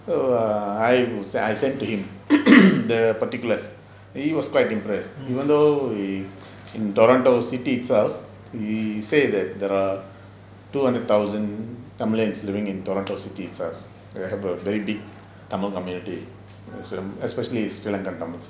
err I would I send to him the particulars he was quite impressed even though he in toronto city itself he say that the two hundred thousand tamilians living in toronto city itself they have a very big tamil community especially sri lankan tamils